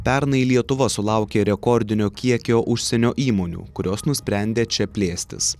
pernai lietuva sulaukė rekordinio kiekio užsienio įmonių kurios nusprendė čia plėstis